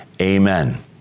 amen